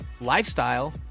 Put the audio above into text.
lifestyle